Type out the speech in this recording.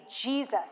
Jesus